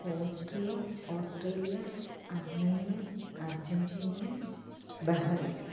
Austria Australia Armenia Argentina Bahrain